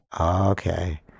Okay